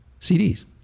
CDs